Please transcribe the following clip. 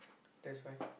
that's why